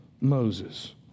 Moses